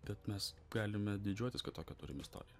kad mes galime didžiuotis kad tokią turim istoriją